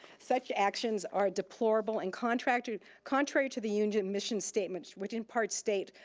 such actions are deplorable and contrary to contrary to the union mission statement which in part state,